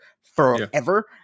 forever